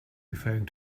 referring